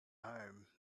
home